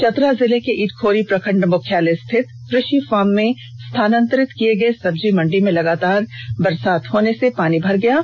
चतरा जिले के इटखोरी प्रखंड मुख्यालय स्थित कृषि फार्म में स्थानांतरित किए गए सब्जी मंडी में लगातार बरसात होने से पानी भर गया है